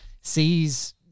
sees